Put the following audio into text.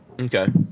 okay